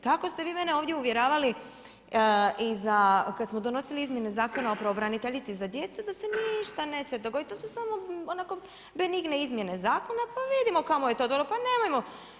Tako ste vi mene ovdje uvjeravali i kad smo donosili izmjene Zakona o pravobraniteljici za djecu, da se ništa neće dogoditi, to su samo onako benigne izmjene zakona, pa vidimo kamo je to donijelo.